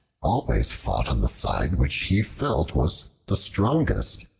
always fought on the side which he felt was the strongest.